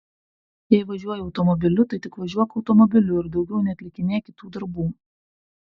jei važiuoji automobiliu tai tik važiuok automobiliu ir daugiau neatlikinėk kitų darbų